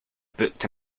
booked